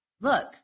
Look